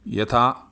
यथा